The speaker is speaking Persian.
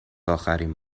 اخرین